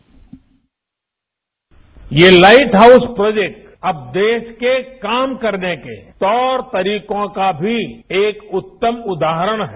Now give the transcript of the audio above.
bite ये light house project अब देश के काम करने के तौर तरीकों का भी एक उत्तम उदाहरण है